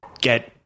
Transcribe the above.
get